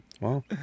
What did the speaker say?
Wow